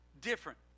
different